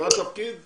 מייקל אייזנברג.